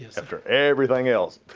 after everything else.